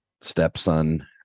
stepson